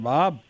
Bob